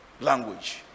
language